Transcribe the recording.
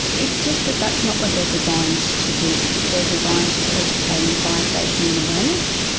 it's just that that's not what they're designed to do, they're designed to educate in fire safety and awareness.